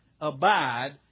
Abide